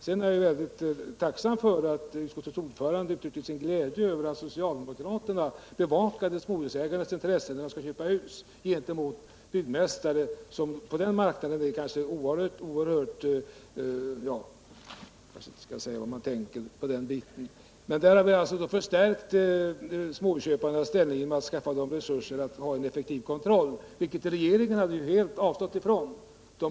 Sedan är jag mycket tacksam för att utskottets ordförande uttryckte sin glädje över att socialdemokraterna bevakade småhusköparnas intressen gentemot byggmästarna, som på denna marknad är oerhört — ja, jag kanske inte skall säga vad jag här tänker. Vi förstärker småhusköparnas ställning genom en effektiv kontroll, något som regeringen helt avstått frän att föreslå.